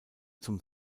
zum